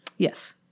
Yes